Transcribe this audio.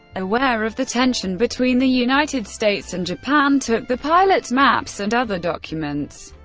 aware of the tension between the united states and japan, took the pilot's maps and other documents.